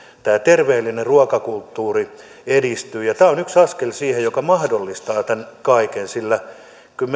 tämä terveellinen ruokakulttuuri edistyy tämä on yksi askel siihen joka mahdollistaa tämän kaiken sillä kyllä